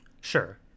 Sure